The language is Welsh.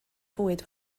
fwyd